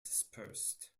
dispersed